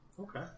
Okay